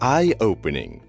Eye-opening